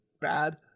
bad